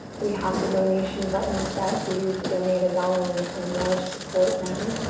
we have the donation button set for you to donate a dollar um or more to support them.